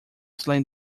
slain